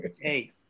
Hey